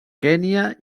kenya